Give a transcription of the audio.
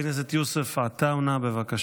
נכון.